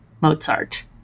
Mozart